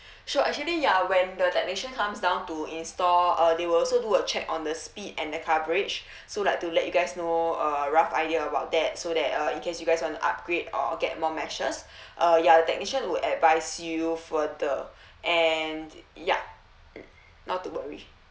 sure actually ya when the technician comes down to install uh they will also do a check on the speed and the coverage so like to let you guys know a rough idea about that so that uh in case you guys want to upgrade or get more meshes uh ya the technician will advise you further and yup mm not to worry